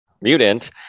mutant